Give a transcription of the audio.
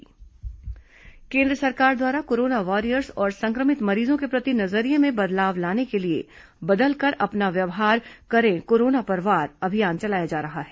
corona warriors प्रचार केन्द्र सरकार द्वारा कोरोना वॉरियर्स और सं क्र मित मरीजों के प्रति नजरिये में बदलाव लाने के लिए बदलकर अपना व्यवहार करें कोरोना पर वार अभियान चलाया जा रहा है